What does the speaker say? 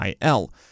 IL